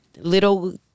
Little